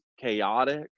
chaotic